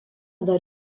dar